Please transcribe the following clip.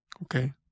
Okay